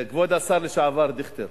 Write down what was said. כבוד השר לשעבר דיכטר,